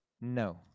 no